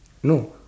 no